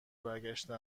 برگشته